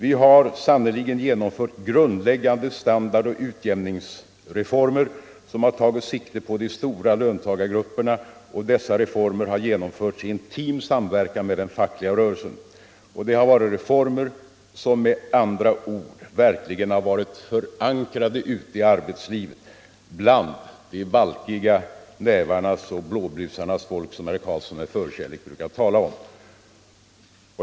Vi har sannerligen genomfört grundläggande standardoch utjämningsreformer, som har tagit sikte på de stora löntagargrupperna, och dessa reformer har genomförts i intim samverkan med den fackliga rörelsen. Det har varit reformer som med andra ord verkligen har varit förankrade ute i arbetslivet bland de valkiga nävarnas och blåblusarnas folk, som herr Carlsson med förkärlek brukar tala om.